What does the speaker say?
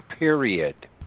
Period